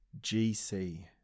gc